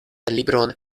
libron